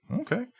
Okay